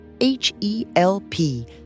H-E-L-P